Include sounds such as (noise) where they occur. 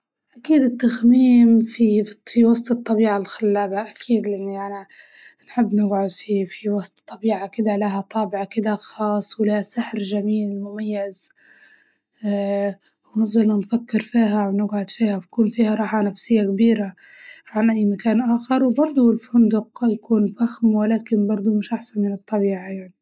أكيد التخميم في في وسط الطبيعة الخلابة أكيد لأني أنا نحب نقعد في في وسط الطبيعة كدة لها طابع كدة خاص ولها سحر جميل مميز، (hesitation) ونظلوا نفكر بها ونقعد بها ويكون فيها راحة نفسية كبيرة عن أي مكان آخر، وبرضه الفندق يكون فخم ولكن برضه مش أحسن من الطبيعة يعني.